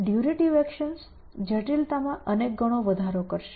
durative actions જટિલતામાં અનેકગણો વધારો કરશે